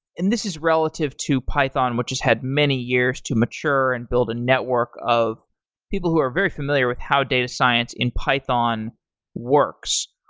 and this is relative to python, which has had many years to mature and build a network of people who are very familiar with how data science in python works.